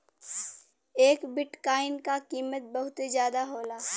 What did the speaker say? एक बिट्काइन क कीमत बहुते जादा होला